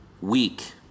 week